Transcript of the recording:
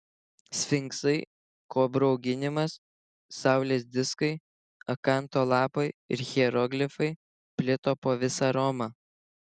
sfinksai kobrų auginimas saulės diskai akanto lapai ir hieroglifai plito po visą romą